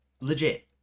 Legit